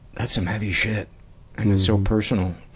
that's some heavy shit, and it's so personal.